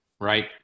right